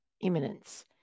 imminence